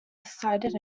decided